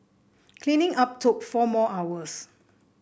cleaning up took four more hours